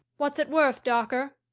what's it worth, dawker?